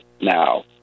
now